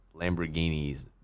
Lamborghinis